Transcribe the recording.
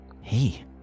Hey